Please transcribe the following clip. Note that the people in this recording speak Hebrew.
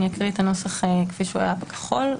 אני אקריא את הנוסח כפי שהיה בכחול.